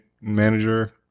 manager